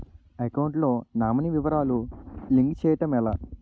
Account లో nominee వివరాలు link చేయటం ఎలా?